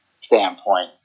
standpoint